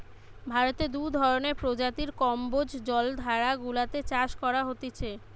ভারতে দু ধরণের প্রজাতির কম্বোজ জলাধার গুলাতে চাষ করা হতিছে